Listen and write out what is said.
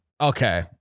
okay